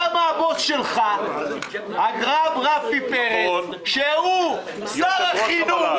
למה הבוס שלך, הרב רפי פרץ, שהוא שר החינוך,